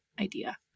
idea